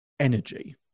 Energy